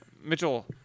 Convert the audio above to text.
Mitchell